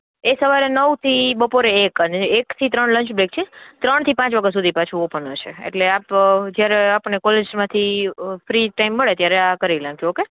એ સવારે નવથી બપોરે એક અને એકથી ત્રણ લંચ બ્રેક છે ત્રણથી પાંચ વાગ્યા સુધી પાછું ઓપન રહેશે એટલે આપ આપને જ્યારે કોલેજમાંથી ફ્રી ટાઇમ મળે ત્યારે આ કરી લેજો ઓકે